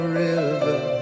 river